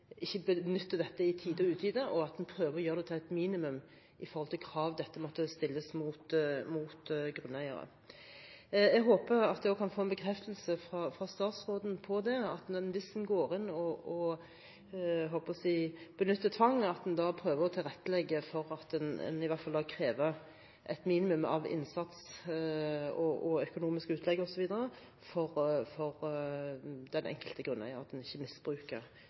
ikke benytter dette i tide og utide, og at man prøver å gjøre det til et minimum når det gjelder krav som måtte stilles mot grunneiere. Jeg håper at jeg kan få en bekreftelse fra statsråden på at hvis man går inn og benytter tvang, prøver man å legge til rette for eller kreve et minimum av innsats og økonomiske utlegg osv. for den enkelte grunneier, slik at man ikke misbruker den muligheten man nå får – også med Høyres støtte. Om spørsmålet er om eg er for